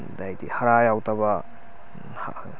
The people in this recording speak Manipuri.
ꯍꯥꯏꯗꯤ ꯍꯥꯔꯥ ꯌꯥꯎꯗꯕ